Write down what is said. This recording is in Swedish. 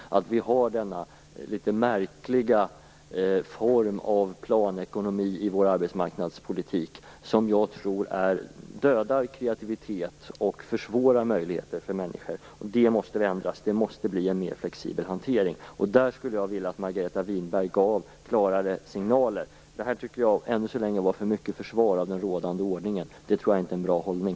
Det är en litet märklig form av planekonomi i vår arbetsmarknadspolitik som jag tror dödar kreativitet och försvårar för människor. Detta måste ändras. Det måste bli en mer flexibel hantering. Jag skulle vilja att Margareta Winberg gav klarare signaler. Det här tycker jag, än så länge, var för mycket försvar av den rådande ordningen. Det tror jag inte är en bra hållning.